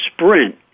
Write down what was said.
sprint